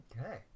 Okay